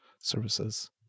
services